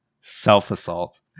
Self-assault